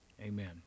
Amen